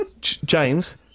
James